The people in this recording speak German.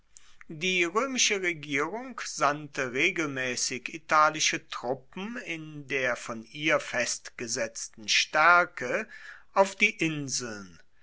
die roemische regierung sandte regelmaessig italische truppen in der von ihr festgesetzten staerke auf die inseln